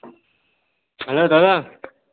hello দাদা